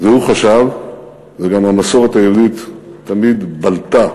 והוא חשב, וגם המסורת היהודית תמיד בלטה